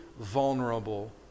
vulnerable